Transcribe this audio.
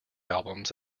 albums